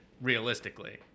realistically